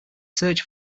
search